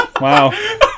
Wow